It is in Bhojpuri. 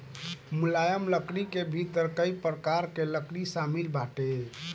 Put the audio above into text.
मुलायम लकड़ी के भीतर कई प्रकार कअ लकड़ी शामिल बाटे